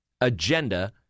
agenda